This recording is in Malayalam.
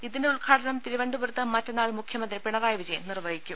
ഇതിന്റെ ഉദ്ഘാടനം തിരുവനന്ത പുരത്ത് മറ്റന്നാൾ മുഖ്യമന്ത്രി പിണറായി വിജയൻ നിർവഹിക്കും